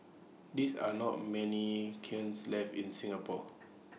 these are not many kilns left in Singapore